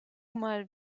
mal